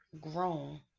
grown